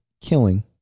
killing